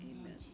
Amen